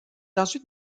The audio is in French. ensuite